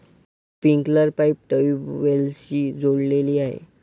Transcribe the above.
sprinkler pipe ट्यूबवेल्सशी जोडलेले आहे